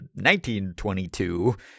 1922